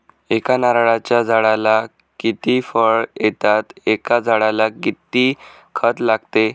एका नारळाच्या झाडाला किती फळ येतात? एका झाडाला किती खत लागते?